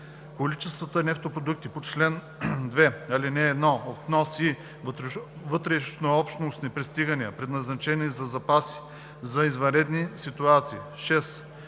количествата нефтопродукти по чл. 2, ал. 1 от внос и вътрешнообщностни пристигания, предназначени за запаси за извънредни ситуации; 6.